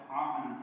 often